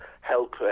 help